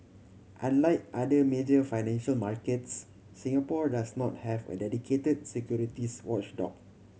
unlike other major financial markets Singapore does not have a dedicated securities watchdog